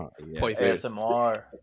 ASMR